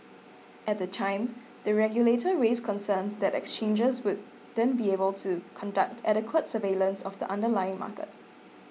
at the time the regulator raised concerns that exchanges wouldn't be able to conduct adequate surveillance of the underlying market